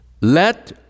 Let